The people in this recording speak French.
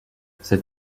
cet